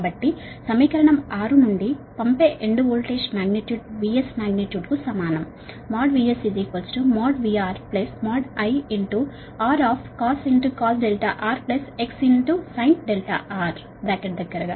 కాబట్టి సమీకరణం 6 నుండి పంపే end voltage magnitude VS magnitude కు సమానం |VS| |VR| |I| R cos RX sin R bracket మూసి ఉంది